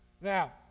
Now